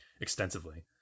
extensively